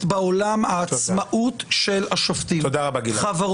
עולם משותפת שנותנת מענה לחששות של כל צד.